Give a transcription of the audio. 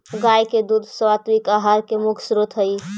गाय के दूध सात्विक आहार के मुख्य स्रोत हई